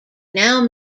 now